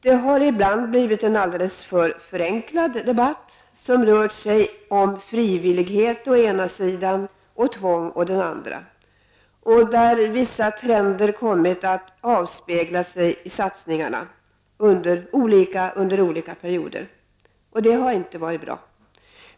Det har ibland blivit en alldeles för förenklad debatt som rört sig om frivillighet å ena sidan och tvång å den andra och där vissa trender kommit att avspegla sig i satsningarna under olika perioder. Det har inte varit bra.